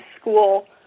school